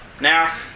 Now